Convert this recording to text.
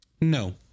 No